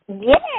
Yes